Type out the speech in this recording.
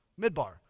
Midbar